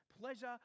pleasure